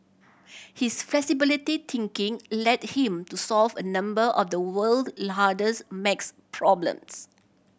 his flexibly thinking led him to solve a number of the world's hardest max problems